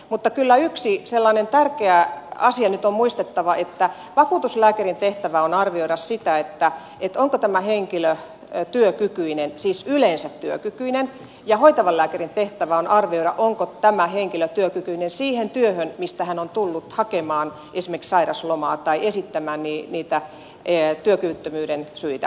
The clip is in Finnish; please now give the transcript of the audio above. mutta kyllä yksi sellainen tärkeä asia nyt on muistettava että vakuutuslääkärien tehtävä on arvioida sitä onko tämä henkilö työkykyinen siis yleensä työkykyinen ja hoitavan lääkärin tehtävä on arvioida onko tämä henkilö työkykyinen siihen työhön mistä hän on tullut hakemaan esimerkiksi sairauslomaa tai esittämään niitä työkyvyttömyyden syitä